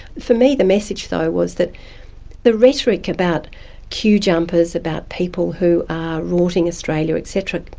for me the message though was that the rhetoric about queue jumpers, about people who are rorting australia et cetera,